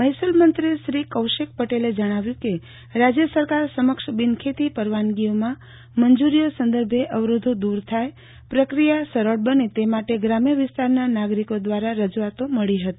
મહેસુલમંત્રી શ્રી કૌશિક પટેલે જણાવ્યું કે રાજ્ય સરકાર સમક્ષ બિનખેતી પરવાનગીઓમાં મંજુરીઓ સંદર્ભે અવરોધો દુર થાય પ્રક્રિયા સરળ બને તે માટે ગ્રામ્ય વિસ્તારના નાગરીકો દ્વારા રજુઆતો મળી હતી